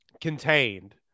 contained